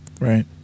Right